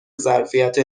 ظرفیت